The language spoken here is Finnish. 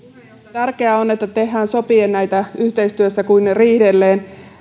tärkeää on että tehdään sopien näitä yhteistyössä eikä riidellen